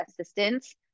assistance